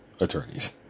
attorneys